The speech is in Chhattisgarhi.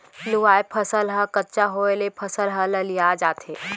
लूवाय फसल ह कच्चा होय ले फसल ह ललिया जाथे